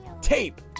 Tape